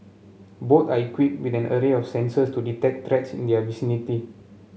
both are equipped with an array of sensors to detect threats in their vicinity